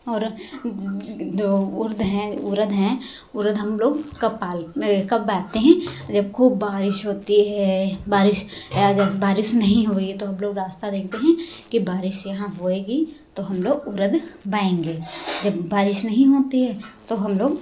और जो उर्द उरद हैं उरद हम लोग कब पाल कब बाते हैं जब खूब बारिश होती है बारिश या जैसे बारिश नहीं हुई तो हम लोग रास्ता देखते हैं कि बारिश यहाँ होएगी तो हम लोग उरद बएंगे तो जब बारिश नहीं होती है तो हम लोग